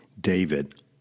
David